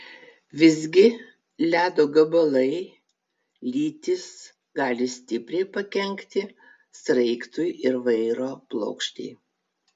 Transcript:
visgi ledo gabalai lytys gali stipriai pakenkti sraigtui ir vairo plokštei